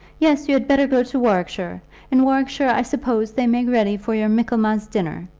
yes you had better go to warwickshire. in warwickshire, i suppose, they make ready for your michaelmas dinners.